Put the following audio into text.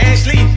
Ashley